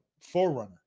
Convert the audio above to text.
forerunner